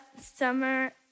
summer